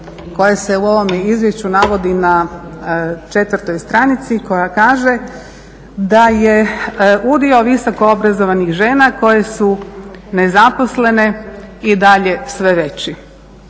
koja se u ovome izvješću navodi na 4 stranici, koja kaže da je udio visoko obrazovanih žena koje su nezaposlene i dalje sve veći.